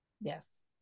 Yes